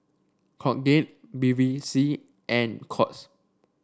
Colgate Bevy C and Courts